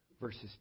verses